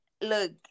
Look